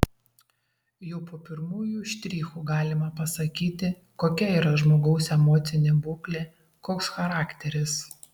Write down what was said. jau po pirmųjų štrichų galima pasakyti kokia yra žmogaus emocinė būklė koks charakteris